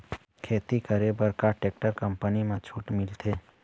खेती करे बर का टेक्टर कंपनी म छूट मिलथे?